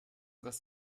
was